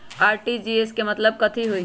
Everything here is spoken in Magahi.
आर.टी.जी.एस के मतलब कथी होइ?